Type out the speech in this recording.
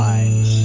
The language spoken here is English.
Lines